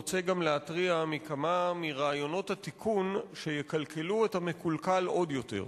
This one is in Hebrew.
רוצה גם להרתיע מכמה מרעיונות התיקון שיקלקלו את המקולקל עוד יותר.